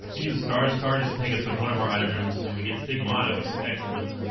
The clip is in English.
use a star's car just take us to one of our item rooms and we get stigmata which is excellent